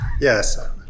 Yes